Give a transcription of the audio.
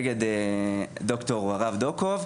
נגד ד"ר הרב דוקוב,